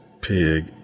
pig